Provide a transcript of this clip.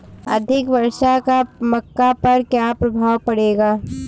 अधिक वर्षा का मक्का पर क्या प्रभाव पड़ेगा?